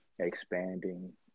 expanding